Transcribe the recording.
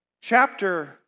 chapter